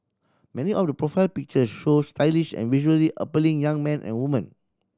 many of the profile pictures show stylish and visually appealing young men and woman